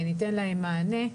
ניתן להם מענה,